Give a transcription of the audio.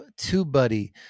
tubebuddy